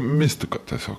mistika tiesiog